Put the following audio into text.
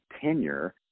tenure